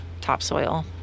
topsoil